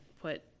put